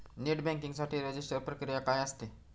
Net banking साठी register प्रक्रिया काय असते?